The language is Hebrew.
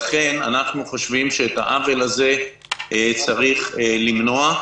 לכן אנחנו חושבים שאת העוול הזה צריך למנוע,